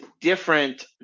different